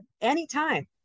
anytime